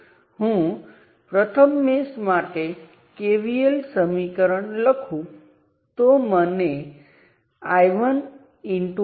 તેથી જ્યારે હું ચોક્કસ નોડ પર વોલ્ટેજ કહું એટલે તે વોલ્ટેજ એ તે નોડ અને સંદર્ભ નોડ વચ્ચેનો છે